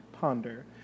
Ponder